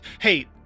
Hey